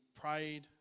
prayed